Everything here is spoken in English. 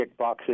kickboxing